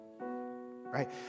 Right